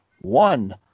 one